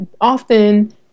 often